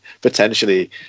potentially